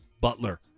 Butler